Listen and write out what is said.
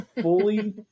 fully